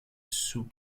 sous